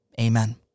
Amen